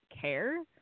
care